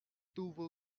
tuvo